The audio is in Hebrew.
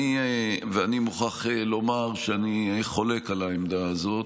אני מוכרח לומר שאני חולק על העמדה הזאת.